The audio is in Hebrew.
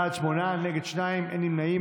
בעד, שמונה, נגד, שניים, אין נמנעים.